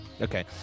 okay